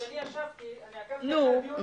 אני ישבתי ועקבתי אחרי הדיון הזה.